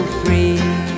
free